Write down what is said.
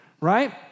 right